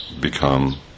become